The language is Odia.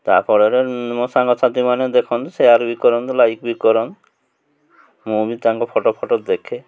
ତା ଫଳରେ ମୋ ସାଙ୍ଗସାଥିମାନେ ଦେଖନ୍ତୁ ସେୟାର୍ ବି କରନ୍ତୁ ଲାଇକ୍ ବି କରନ୍ତୁ ମୁଁ ବି ତାଙ୍କ ଫୋଟୋ ଫୋଟୋ ଦେଖେ